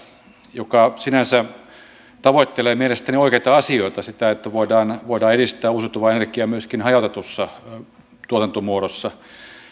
joka sinänsä tavoittelee mielestäni oikeita asioita sitä että voidaan voidaan edistää uusiutuvaa energiaa myöskin hajautetussa tuotantomuodossa